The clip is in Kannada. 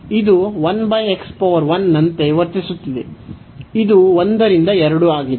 ಇದು 1 x 1 ನಂತೆ ವರ್ತಿಸುತ್ತಿದೆ ಇದು 1 ರಿಂದ 2 ಆಗಿದೆ